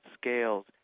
scales